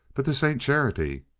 but this ain't charity.